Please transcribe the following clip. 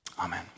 Amen